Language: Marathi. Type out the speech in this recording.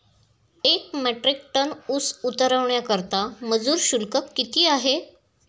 एक मेट्रिक टन ऊस उतरवण्याकरता मजूर शुल्क किती आहे?